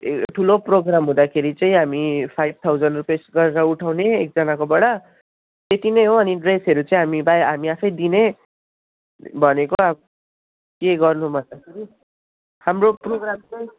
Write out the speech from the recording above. ए ठुलो प्रोग्राम हुँदाखेरि चाहिँ हामी फाइभ थाउजन्ड रुपिस गरेर उठाउने एकजनाकोबाट त्यति नै हो अनि ड्रेसहरू चाहिँ हामी बाइ हामी आफै दिने भनेको अब के गर्नु भन्दाखेरि हाम्रो प्रोग्राम चाहिँ